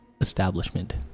establishment